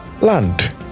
land